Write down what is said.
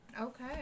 okay